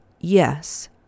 yes